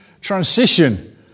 transition